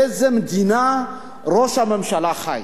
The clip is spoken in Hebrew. באיזה מדינה ראש הממשלה חי?